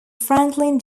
franklin